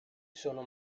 sono